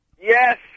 Yes